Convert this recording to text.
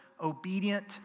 obedient